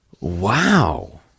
Wow